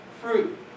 fruit